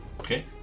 Okay